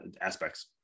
aspects